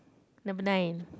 number nine